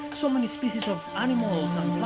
so many species of animals and